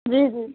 जी जी